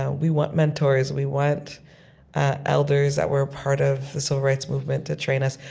ah we want mentors. we want elders that were part of the civil rights movement to train us.